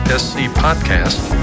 scpodcast